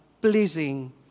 pleasing